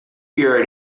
year